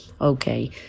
Okay